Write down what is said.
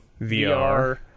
VR